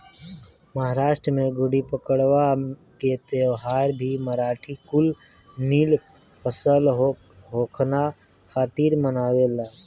महाराष्ट्र में गुड़ीपड़वा के त्यौहार भी मराठी कुल निक फसल होखला खातिर मनावेलन